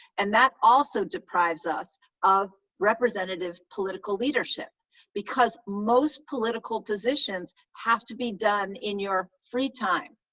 and that also deprives us of representative political leadership because most political positions have to be done in your free time,